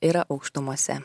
yra aukštumose